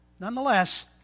Nonetheless